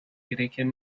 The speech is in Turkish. gereken